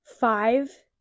five